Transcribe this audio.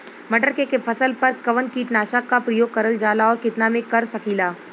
मटर के फसल पर कवन कीटनाशक क प्रयोग करल जाला और कितना में कर सकीला?